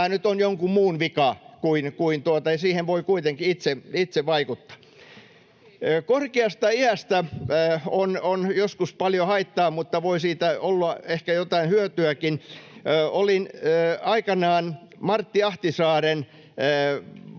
nyt on jonkun muun vika, kun en siihen voi kuitenkaan itse vaikuttaa. Korkeasta iästä on joskus paljon haittaa, mutta voi siitä olla ehkä jotain hyötyäkin. Olin aikanaan Martti Ahtisaaren